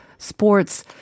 Sports